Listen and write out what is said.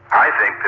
i